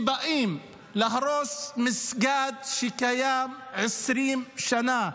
באים להרוס מסגד שקיים 20 שנה,